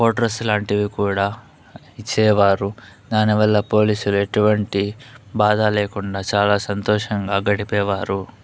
quarters లాంటివి కూడా ఇచ్చేవారు దాని వల్ల పోలీసులు ఎటువంటి బాధా లేకుండా చాలా సంతోషంగా గడిపేవారు